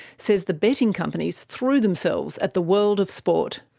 says the betting companies threw themselves at the world of sport.